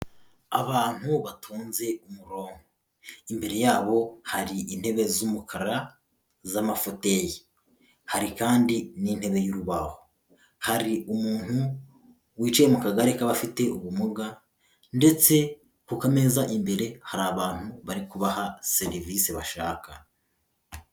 Abantu batunze ku murongo. Imbere yabo hari intebe z'umukara z'amafoteyi. Hari kandi n'intebe y'urubaho. Hari umuntu wicaye mu kagare k'abafite ubumuga, ndetse ku kameza imbere hari abantu bari kubaha serivise bashaka.